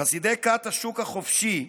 חסידי כת השוק החופשי,